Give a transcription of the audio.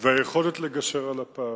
מצד שני, והיכולת לגשר על הפערים.